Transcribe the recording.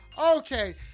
Okay